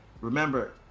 remember